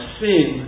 sin